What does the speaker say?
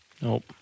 Nope